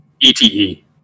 E-T-E